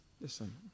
Listen